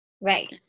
right